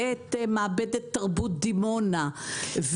ואת מעבדת תרבות דימונה.